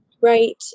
Right